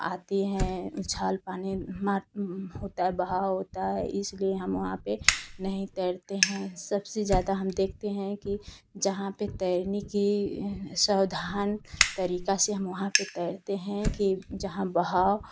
आते हैं उछाल पानी मार होता है बहाव होता है इसलिए हम वहाँ पर नहीं तैरते हैं सबसे ज़्यादा हम देखते हैं कि जहाँ पर तैरने की सावधान तरीका से हम वहाँ पर तैरते हैं कि जहाँ बहाव